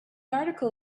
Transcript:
article